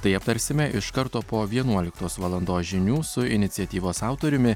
tai aptarsime iš karto po vienuoliktos valandos žinių su iniciatyvos autoriumi